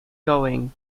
going